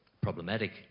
problematic